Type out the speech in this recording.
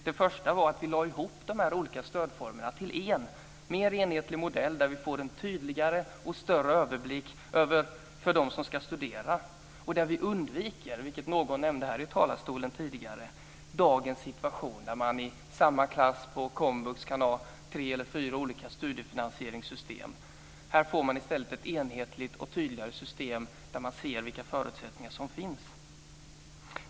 Det första var att vi lade ihop de olika stödformerna till en mer enhetlig modell. Vi får en tydligare och större överblick för dem som ska studera. Vi undviker, vilket någon tidigare nämnde här i talarstolen, dagens situation där man i samma klass i komvux kan ha tre eller fyra olika studiefinansieringssystem. Här får man i stället ett enhetligt och tydligare system där man ser vilka förutsättningar som finns.